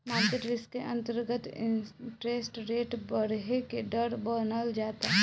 market risk के अंतरगत interest rate बरहे के डर बनल रहता